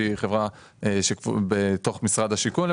שהיא חברה הפועלת בתוך משרד השיכון,